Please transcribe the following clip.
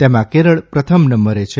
તેમાં કેરળ પ્રથમ નંબરે છે